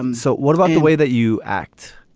um so what about the way that you act.